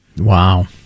Wow